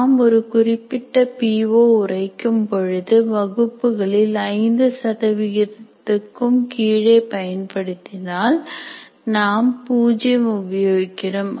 நாம் ஒரு குறிப்பிட்ட பி ஓ உரைக்கும் பொழுது வகுப்புகளில் ஐந்து சதவிகிதத்துக்கும் கீழே பயன்படுத்தினால் நாம் "0" உபயோகிக்கிறோம்